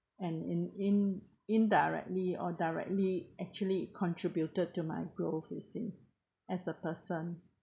and in in indirectly or directly actually contributed to my goals you see as a person